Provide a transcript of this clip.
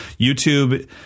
YouTube